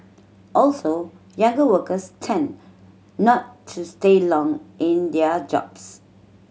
also younger workers tend not to stay long in their jobs